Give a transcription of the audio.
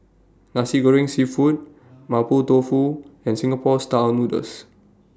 Nasi Goreng Seafood Mapo Tofu and Singapore Style Noodles